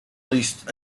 least